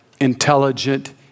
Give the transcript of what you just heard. intelligent